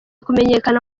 kumenyekana